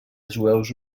jueus